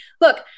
look